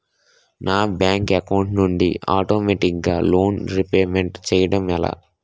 నా bank account నుండి ఆటోమేటిగ్గా లోన్ రీపేమెంట్ చేయడం ఎలా?